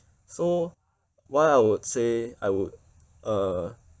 so what I would say I would uh